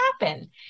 happen